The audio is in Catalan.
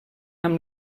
amb